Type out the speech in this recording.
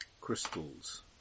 crystals